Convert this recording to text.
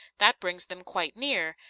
that brings them quite near,